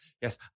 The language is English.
Yes